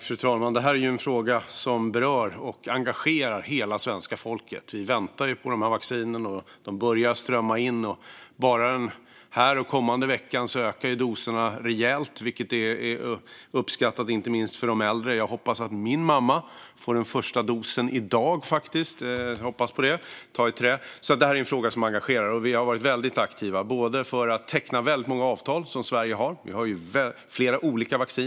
Fru talman! Det här är en fråga som berör och engagerar hela svenska folket. Vi väntar på vaccinerna, och de börjar strömma in. Bara den här och den kommande veckan ökar doserna rejält, vilket är uppskattat inte minst för de äldre. Jag hoppas att min mamma får sin första dos i dag, ta i trä. Det här är en fråga som engagerar. Vi har varit väldigt aktiva både för att teckna väldigt många avtal som Sverige har. Vi har flera olika vacciner.